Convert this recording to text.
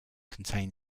contain